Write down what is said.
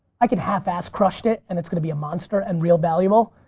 i could half ass crush it and it's gonna be a monster, and real valuable,